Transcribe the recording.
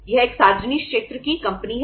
यह एक सार्वजनिक क्षेत्र की कंपनी है